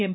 M